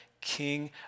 King